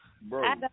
bro